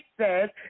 says